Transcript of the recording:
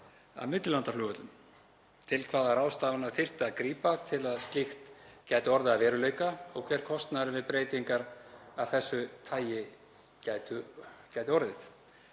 að millilandaflugvöllum, til hvaða ráðstafana þyrfti að grípa til að slíkt gæti orðið að veruleika og hver kostnaðurinn við breytingar af þessu tagi gæti orðið.